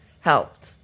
helped